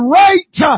right